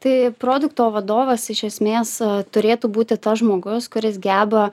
tai produkto vadovas iš esmės turėtų būti tas žmogus kuris geba